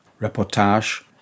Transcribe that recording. reportage